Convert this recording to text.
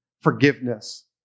forgiveness